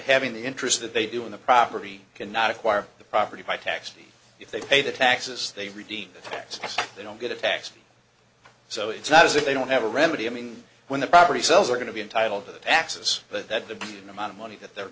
having the interest that they do on the property cannot acquire the property by taxi if they pay the taxes they redeem effects they don't get a tax so it's not as if they don't have a remedy i mean when the property sells are going to be entitled to the taxes but that the amount of money that they're